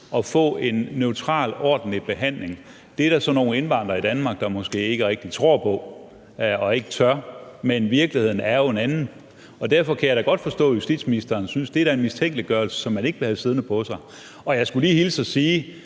og få en neutral, ordentlig behandling. Det er der så nogle indvandrere i Danmark, der måske ikke rigtig tror på og ikke tør, men virkeligheden er jo den anden. Derfor kan jeg da godt forstå, at justitsministeren synes, at det da er en mistænkeliggørelse, som man ikke vil have siddende på sig. Og jeg skulle lige hilse og sige,